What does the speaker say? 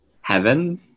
heaven